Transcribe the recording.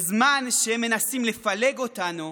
בזמן שהם מנסים לפלג אותנו,